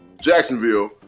Jacksonville